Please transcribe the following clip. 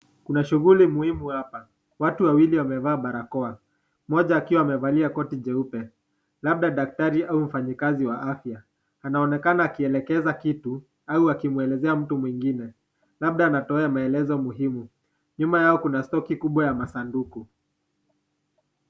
Kuna shughuli muhimu hapa. Watu wawili wamevaa barakoa, mmoja akiwa amevalia koti jeupe labda daktari au mfanyakazi wa afya. Anaonekana akielekeza kitu au akimwelezea mtu mwingine. Labda anatoa maelezo muhimu. Nyuma yao kuna stoki kubwa ya masanduku.